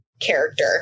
character